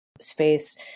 space